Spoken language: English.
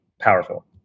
powerful